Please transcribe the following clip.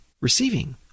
receiving